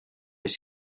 les